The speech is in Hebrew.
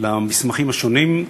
למסמכים השונים.